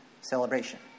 celebration